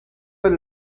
del